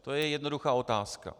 To je jednoduchá otázka.